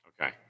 Okay